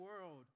world